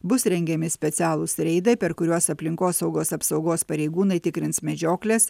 bus rengiami specialūs reidai per kuriuos aplinkosaugos apsaugos pareigūnai tikrins medžiokles